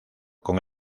con